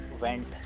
went